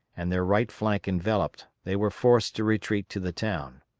and their right flank enveloped, they were forced to retreat to the town.